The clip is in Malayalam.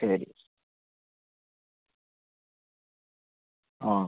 ശരി ആ